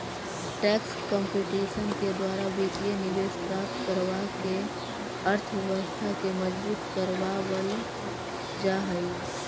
tax competition के द्वारा वित्तीय निवेश प्राप्त करवा के अर्थव्यवस्था के मजबूत करवा वल जा हई